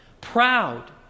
proud